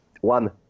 one